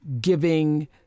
giving